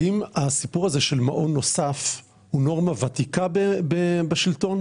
האם הסיפור הזה של מעון נוסף הוא נורמה ותיקה בשלטון?